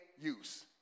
use